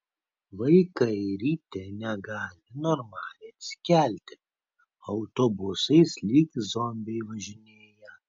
vaikai ryte negali normaliai atsikelti autobusais lyg zombiai važinėja